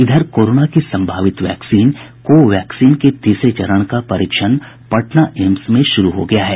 इधर कोरोना की संभावित वैक्सीन को वैक्सीन के तीसरे चरण का परीक्षण पटना एम्स में शुरू हो गया है